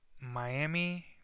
Miami